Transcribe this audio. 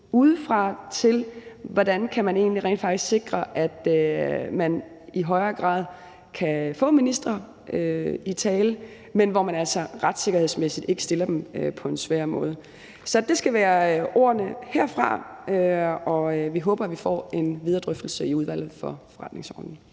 udefra til, hvordan man rent faktisk kan sikre, at man i højere grad kan få ministre i tale, men hvor man altså retssikkerhedsmæssigt ikke stiller dem svært. Så det skal være ordene herfra. Vi håber, vi får en videre drøftelse i Udvalget for Forretningsordenen.